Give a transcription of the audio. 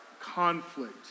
conflict